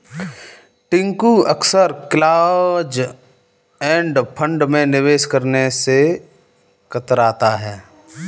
टिंकू अक्सर close end fund में निवेश करने से कतराता है